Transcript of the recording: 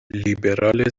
لیبرال